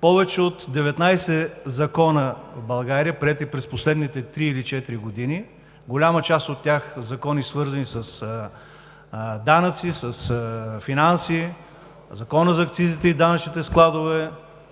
повече от 19 закона в България, приети през последните три или четири години – голяма част от тях свързани с данъци, с финанси, Закона за акцизите и данъчните складове,